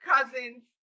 cousins